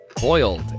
Boiled